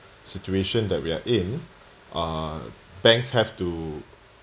situation that we are in uh banks have to